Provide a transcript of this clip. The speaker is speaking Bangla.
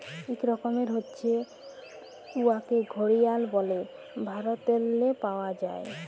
ইক রকমের হছে উয়াকে ঘড়িয়াল ব্যলে ভারতেল্লে পাউয়া যায়